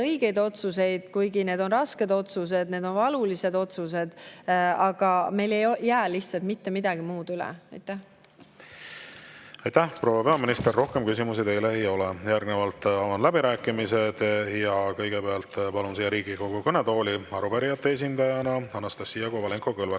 õigeid otsuseid, kuigi need on rasked otsused ja need on valulised otsused, aga meil ei jää lihtsalt mitte midagi muud üle. Aitäh, proua peaminister! Rohkem küsimusi teile ei ole. Järgnevalt avan läbirääkimised ja kõigepealt palun siia Riigikogu kõnetooli arupärijate esindajana Anastassia Kovalenko-Kõlvarti.